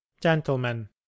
gentlemen